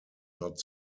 not